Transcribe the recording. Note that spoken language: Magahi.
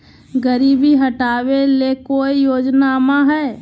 गरीबी हटबे ले कोई योजनामा हय?